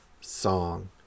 song